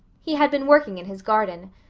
he had been working in his garden.